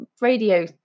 radio